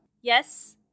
yes